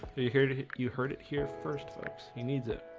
are you here to hit you heard it here first folks. he needs it.